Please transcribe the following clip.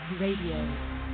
Radio